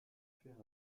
faire